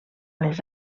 les